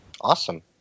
Awesome